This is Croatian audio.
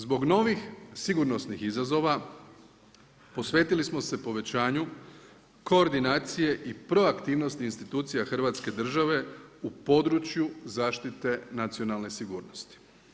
Zbog novih sigurnosnih izazova posvetili smo se povećanju koordinacije i proaktivnosti institucija Hrvatske države u području zaštite nacionalne sigurnosti.